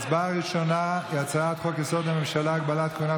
הצבעה ראשונה היא הצעת חוק-יסוד: הממשלה (הגבלת כהונת